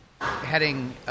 Heading